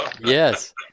Yes